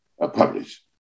published